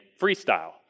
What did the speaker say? freestyle